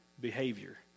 behavior